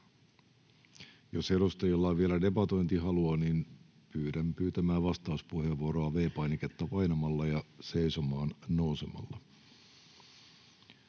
Jos edustajilla on vielä debatointihalua, niin pyydän pyytämään vastauspuheenvuoroa V-painiketta painamalla ja seisomaan nousemalla.